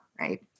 right